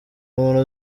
umuntu